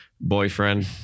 Boyfriend